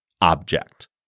object